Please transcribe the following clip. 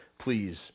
Please